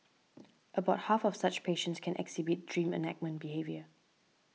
about half of such patients can exhibit dream enactment behaviour